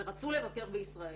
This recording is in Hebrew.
ורצו לבקר בישראל,